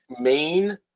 main